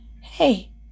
Hey